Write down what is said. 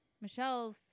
Michelle's